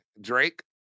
Drake